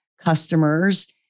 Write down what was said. customers